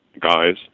guys